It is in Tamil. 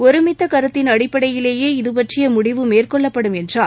ஒருமித்த கருத்தின் அடிப்படையிலேயே இதுபற்றிய முடிவு மேற்கொள்ளப்படும் என்றார்